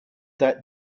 that